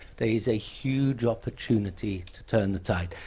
there is a huge opportunity to turn the tide.